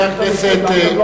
ממשלת הליכוד,